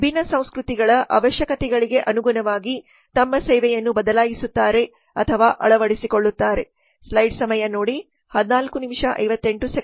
Donald's ವಿಭಿನ್ನ ಸಂಸ್ಕೃತಿಗಳ ಅವಶ್ಯಕತೆಗಳಿಗೆ ಅನುಗುಣವಾಗಿ ತಮ್ಮ ಸೇವೆಯನ್ನು ಬದಲಾಯಿಸುತ್ತಾರೆ ಅಥವಾ ಅಳವಡಿಸಿಕೊಳ್ಳುತ್ತಾರೆ